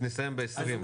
נסיים ב-13:40.